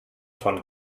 von